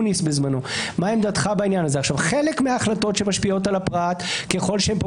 שבכל בית ספר כזה תקום ועדה מקצועית בהשתתפות רופא,